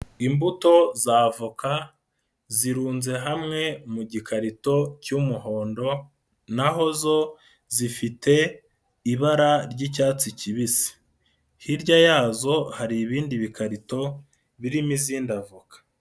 Imbuto za voka zirunze hamwe mu gikarito cy'umuhondo, naho zo zifite ibara ry'icyatsi kibisi. Hirya yazo hari ibindi bikarito, birimo izindi avoka.